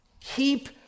Keep